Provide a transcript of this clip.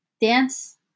Dance